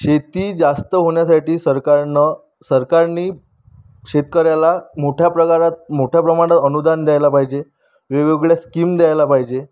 शेती जास्त होण्यासाठी सरकारनं सरकारनी शेतकऱ्याला मोठ्या प्रकारात मोठ्या प्रमाणात अनुदान द्यायला पाहिजे वेगवेगळ्या स्कीम द्यायला पाहिजे